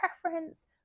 preference